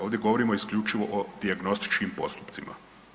Ovdje govorimo isključivo o dijagnostičkim postupcima.